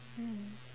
mm